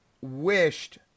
wished